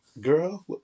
Girl